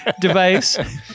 device